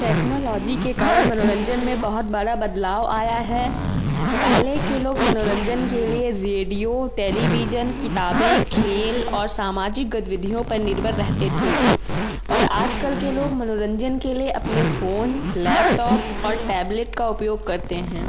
technology के कारण मनोरंजन में बहुत बड़ा बदलाव आया है पहले के लोग मनोरंजन के लिए रेडियो टेलीविजन किताबें खेल और सामाजिक गतिविधियों पर निर्भर रहते थे और आजकल के लोग मनोरंजन के लिए अपने फ़ोन लैपटॉप और टैबलेट का उपयोग करते हैं